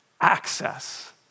access